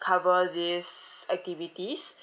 cover these activities